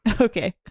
Okay